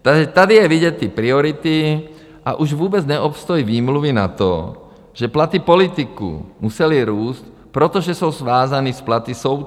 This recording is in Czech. Tady jsou vidět ty priority, a už vůbec neobstojí výmluvy na to, že platy politiků musely růst, protože jsou svázány s platy soudců.